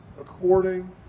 according